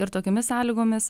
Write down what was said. ir tokiomis sąlygomis